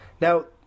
Now